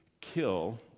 kill